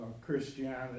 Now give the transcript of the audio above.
Christianity